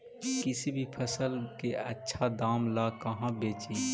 किसी भी फसल के आछा दाम ला कहा बेची?